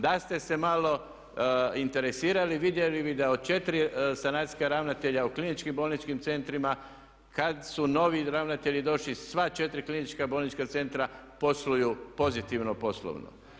Da ste se malo interesirali vidjeli bi da od četiri sanacijska ravnatelja u kliničkim bolničkim centrima kad su novi ravnatelji došli sva četiri klinička bolnička centra posluju pozitivno poslovno.